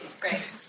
Great